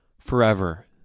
forever